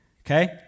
okay